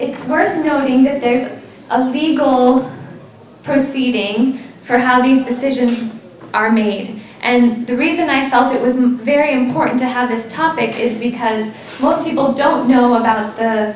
it's worth noting that there's a legal proceeding for how these decisions are made and the reason i felt it was very important to have this topic is because most people don't know about th